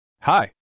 Hi